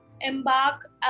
embark